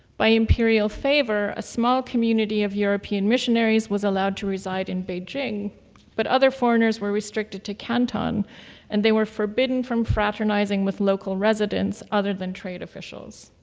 by imperial favor, a small community of european missionaries was allowed to reside in beijing but other foreigners were restricted to canton and they were forbidden from fraternizing with local residents other than trade officials.